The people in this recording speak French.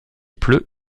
pleut